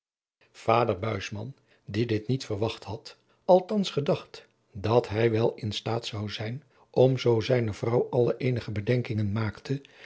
buisman die dit niet verwacht had althans gedacht dat hij wel in staat zou zijn om zoo zijne vrouw al eenige bedenkingen maakte